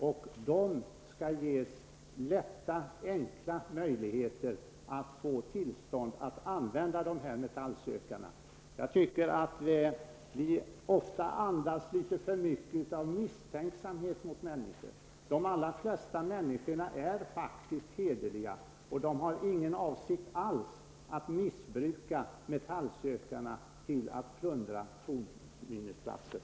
De skall tvärtom ges alla enkla möjligheter att få detta tillstånd. Jag tycker att vi ofta andas litet för mycket av misstänksamhet mot människor. De allra flesta människor är faktiskt hederliga och har ingen avsikt alls att missbruka metallsökarna till att plundra fornminnesplatser.